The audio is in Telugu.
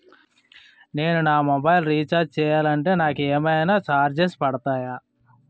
నేను నా మొబైల్ రీఛార్జ్ చేయాలంటే నాకు ఏమైనా చార్జెస్ పడతాయా?